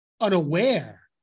unaware